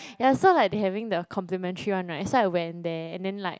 yeah so like they having the complimentary one right so I went there and then like